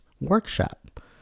workshop